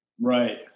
Right